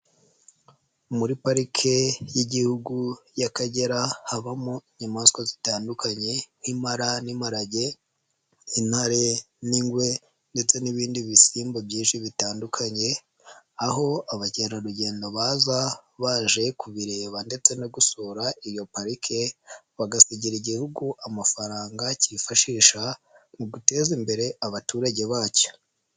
Muri pariki y'Igihugu y'Akagera habamo inyamaswa zitandukanye nk'impara n'imparage, intare n'ingwe ndetse n'ibindi bisimba byinshi bitandukanye aho abakerarugendo baza baje kubireba ndetse no gusura iyo pariki bagasigira Igihugu amafaranga kifashisha mu guteza imbere abaturage bacyo.